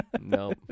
no